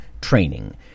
training